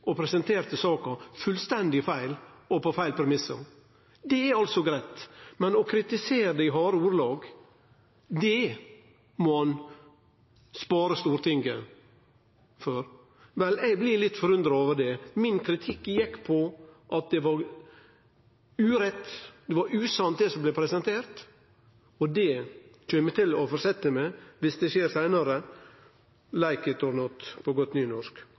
og presenterte saka fullstendig feil og på feil premiss. Det er altså greitt, men å kritisere det i harde ordelag, det må han spare Stortinget for. Eg blir litt forundra over det. Kritikken min gjekk på at det var urett og usant det som blei presentert. Det kjem eg til å fortsetje med viss det skjer seinare. «Like it or not,» på godt